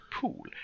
pool